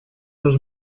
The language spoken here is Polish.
już